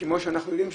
כמו שאנחנו יודעים,